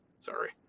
Sorry